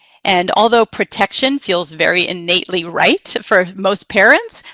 and although protection feels very innately right for most parents,